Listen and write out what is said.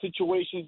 situations